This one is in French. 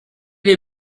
les